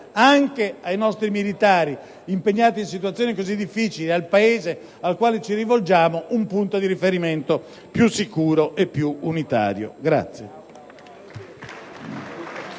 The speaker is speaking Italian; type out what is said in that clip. anche per i nostri militari impegnati in situazioni così difficili e per il Paese al quale ci rivolgiamo un punto di riferimento più sicuro e unitario.